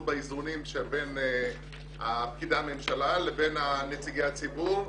באיזונים שבין פקידי הממשלה לבין נציגי הציבור.